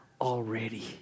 already